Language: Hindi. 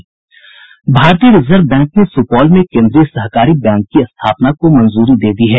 भारतीय रिजर्व बैंक ने सूपौल में केन्द्रीय सहकारी बैंक की स्थापना को मंजूरी दे दी है